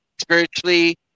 spiritually